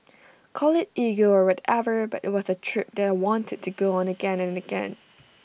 call IT ego or whatever but IT was A trip that I wanted to go on again and again